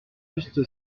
juste